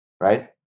right